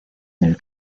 del